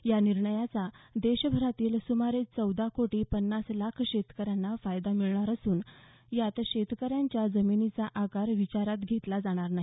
या निर्णयाचा देशभरातील सुमारे चौदा कोटी पन्नास लाख शेतकऱ्यांना फायदा मिळणार असून यात शेतकऱ्यांच्या जमिनीचा आकार विचारात घेतला जाणार नाही